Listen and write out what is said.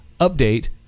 Update